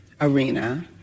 arena